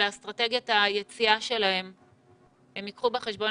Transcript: שבאסטרטגיית היציאה שלהם הם ייקחו בחשבון